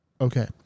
Okay